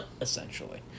essentially